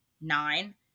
nine